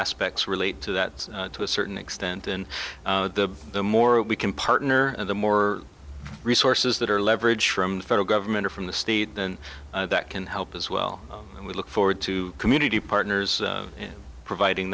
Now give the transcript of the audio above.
aspects relate to that to a certain extent and the more we can partner the more resources that are leverage from the federal government or from the state and that can help as well and we look forward to community partners providing